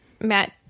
Matt